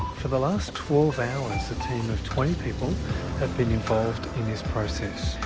for the last twelve hours a team of twenty people have been involved in this process.